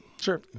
sure